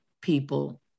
people